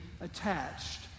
attached